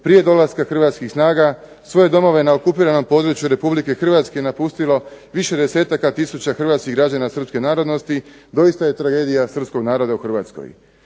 prije dolaska Hrvatskih snaga svoje domove na okupiranom području Republike Hrvatske napustilo više 10-taka tisuća Hrvatskih građana Srpske narodnosti, doista je tragedija Srpskog naroda u Hrvatskoj.